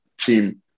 team